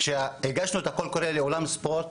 כשהגשנו את הקול הקורא לאולם הספורט